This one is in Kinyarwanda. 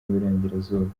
y’iburengerazuba